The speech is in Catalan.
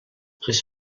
les